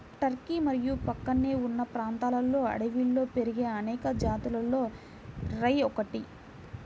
Turkey మరియు ప్రక్కనే ఉన్న ప్రాంతాలలో అడవిలో పెరిగే అనేక జాతులలో రై ఒకటి